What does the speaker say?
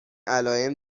علائم